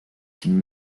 can